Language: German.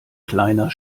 kleiner